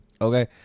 okay